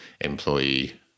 employee